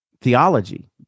theology